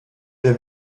der